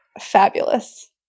fabulous